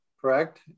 correct